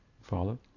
Follow